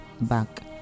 back